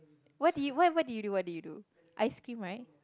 what did you what what did you do ice cream right